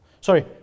Sorry